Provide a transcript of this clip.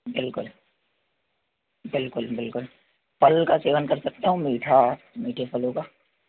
बिलकुल बिलकुल बिलकुल फल का सेवन कर सकता हूँ मीठा मीठे फलों का